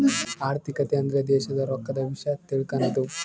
ಆರ್ಥಿಕತೆ ಅಂದ್ರ ದೇಶದ್ ರೊಕ್ಕದ ವಿಷ್ಯ ತಿಳಕನದು